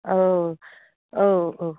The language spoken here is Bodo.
औ औ औ